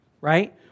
right